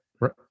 right